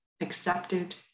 accepted